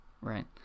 right